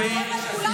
מאיים על כולנו ברצח.